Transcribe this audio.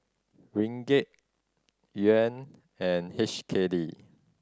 Ringgit Yuan and H K D